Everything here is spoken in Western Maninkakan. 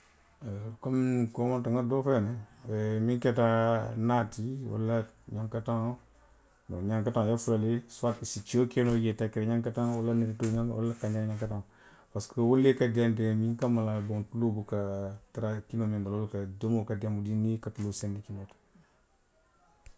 Oo. komikoomanto nŋa doo fo jaŋ ne, miŋ i keta naa ti walla ňankataŋo, ňankataŋo i ye a faji suwati i si tyoo ke noo jee. tiya kere ňankataŋo, walla netetuu ňankataŋo, walla kanja ňankataŋo. parisiko wolu le ka diiyaa nte ye ňiŋ kanma la boŋ tuloo buka tara kinoo miŋ bala wo le ka, a tuloo siiyaandi kinoo to.